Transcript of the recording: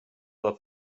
del